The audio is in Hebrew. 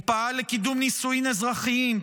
הוא פעל לקידום נישואין אזרחיים,